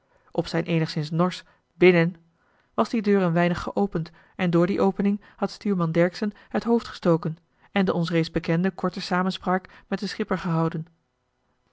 op zijn eenigszins norsch binnen was die deur een weinig geopend en door die opening had stuurman dercksen het hoofd gestoken en de ons reeds bekende korte samenspraak met den schipper gehouden